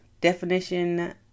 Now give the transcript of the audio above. Definition